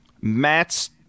matt's